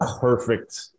perfect